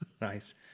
nice